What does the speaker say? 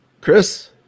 Chris